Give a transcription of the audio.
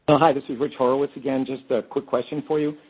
ah hi, this is rich horowitz. again. just a quick question for you.